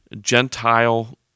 Gentile